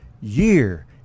year